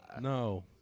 No